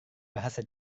bahasa